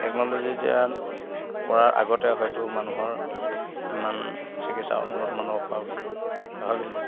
টেকন'লজিৰ দ্বাৰা কৰাৰ আগতে হয়তো মানুহৰ ইমান চিকিৎসা উন্নত মানৰ হোৱা বুলি নাভাবিছিলোঁ